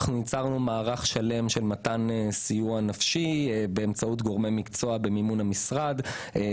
ייצרנו מערך שלם של מתן סיוע נפשי באמצעות גורמי מקצוע במימון המשרד.